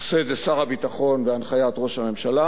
עושה את זה שר הביטחון בהנחיית ראש הממשלה.